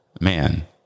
man